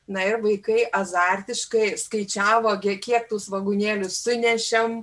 na ir vaikai azartiškai skaičiavo gi kiek tų svogūnėlių sunešėm